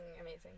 amazing